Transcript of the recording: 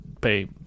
pay